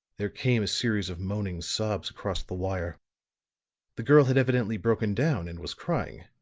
there came a series of moaning sobs across the wire the girl had evidently broken down and was crying.